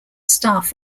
staff